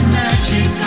magic